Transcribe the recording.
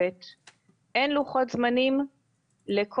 יש לוחות זמנים למינור הרכבת,